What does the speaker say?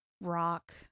rock